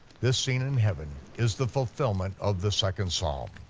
this scene in heaven is the fulfillment of the second psalm.